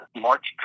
march